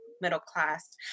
middle-class